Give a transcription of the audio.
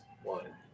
one